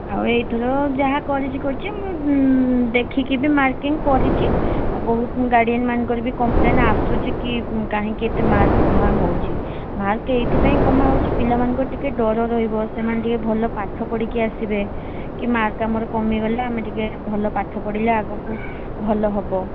ଆଉ ଏଇଥର ଯାହା କରିଛି କରିଛି ମୁଁ ଦେଖିକି ବି ମାର୍କିଙ୍ଗ କରିଛି ଆଉ ବହୁତ ଗାର୍ଡ଼ିଆନ୍ମାନଙ୍କର ବି କମ୍ପ୍ଲେନ୍ ଆସୁଛିକି କାହିଁକି ଏତେ ମାର୍କ କମା ହେଉଛି ମାର୍କ ଏଇଥିପାଇଁ କମା ହେଉଛି ପିଲାମାନଙ୍କର ଟିକିଏ ଡର ରହିବ ସେମାନେ ଟିକିଏ ଭଲ ପାଠ ପଢ଼ିକି ଆସିବେ କି ମାର୍କ ଆମର କମିଗଲା ଆମେ ଟିକିଏ ଭଲ ପାଠ ପଢ଼ିଲେ ଆଗକୁ ଭଲ ହେବ